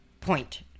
point